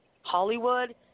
Hollywood